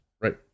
Right